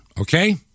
Okay